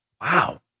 Wow